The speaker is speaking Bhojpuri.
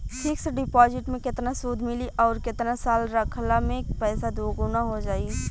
फिक्स डिपॉज़िट मे केतना सूद मिली आउर केतना साल रखला मे पैसा दोगुना हो जायी?